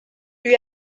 lui